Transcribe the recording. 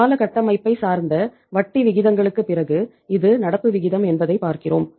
கால கட்டமைப்பைக் சார்ந்த வட்டி விகிதங்களுக்கு பிறகு இது நடப்பு விகிதம் என்பதை பார்க்கிறோம்